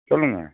சொல்லுங்க